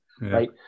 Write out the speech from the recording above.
right